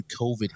COVID